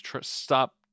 stop